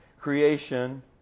creation